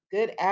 Good